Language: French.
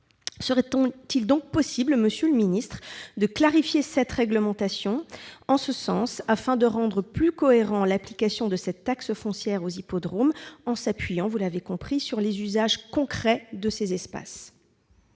Serait-il donc possible, monsieur le ministre, de clarifier cette réglementation en ce sens, afin de rendre plus cohérente l'application de la taxe foncière aux hippodromes, en s'appuyant, vous l'avez compris, sur les usages concrets de ces espaces ?